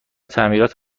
تعمیرات